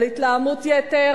על התלהמות יתר